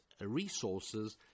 resources